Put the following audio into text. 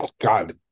God